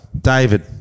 David